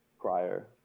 prior